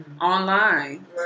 online